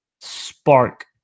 spark